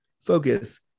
focus